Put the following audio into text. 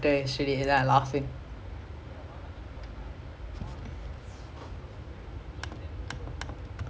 oh ya okay lah I don't want to be sad lah I mean the ball is like going and close and he hit them and curve out !wah! I damn sad